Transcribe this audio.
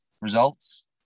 results